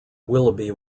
willoughby